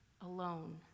alone